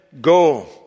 go